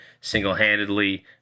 single-handedly